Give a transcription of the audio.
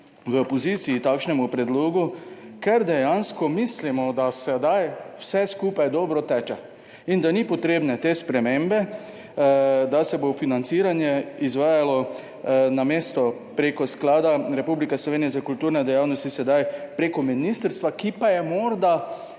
nasprotovali takšnemu predlogu, ker dejansko mislimo, da sedaj vse skupaj dobro teče in da ta sprememba ni potrebna, da se bo financiranje izvajalo namesto prek Javnega sklada Republike Slovenije za kulturne dejavnosti sedaj prek ministrstva, ki pa je morda